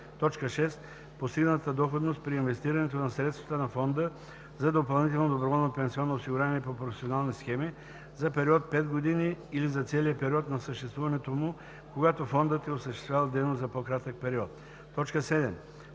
6. постигнатата доходност при инвестирането на средствата на фонда за допълнително доброволно пенсионно осигуряване по професионални схеми за период 5 години или за целия период на съществуването му, когато фондът е осъществявал дейност за по-кратък период; 7.